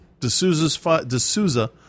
D'Souza